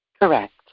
Correct